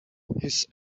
his